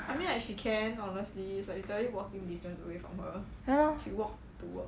ya lor